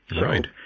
Right